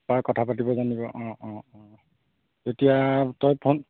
কথা পাতিব জানিব অঁ অঁ এতিয়া তই ফোন